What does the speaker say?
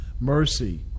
mercy